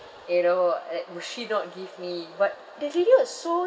you know uh would she not give me but that lady was so